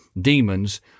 demons